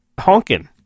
honking